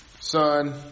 son